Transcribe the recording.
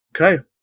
Okay